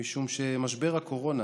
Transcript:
משום שמשבר הקורונה